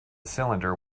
cylinder